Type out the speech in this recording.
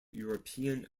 european